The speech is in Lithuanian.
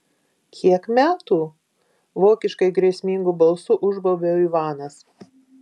kiek metų vokiškai grėsmingu balsu užbaubia ivanas